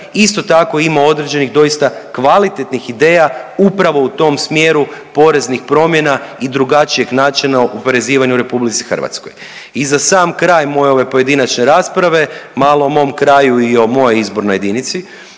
isto tako imao određenih doista kvalitetnih ideja upravo u tom smjeru poreznih promjena i drugačijeg načina oporezivanja u RH. I za sam kraj moje ove pojedinačne rasprave malo o mom kraju i o mojoj izbornoj jedinici.